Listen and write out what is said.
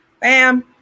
Bam